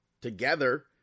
together